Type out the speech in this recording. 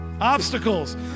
obstacles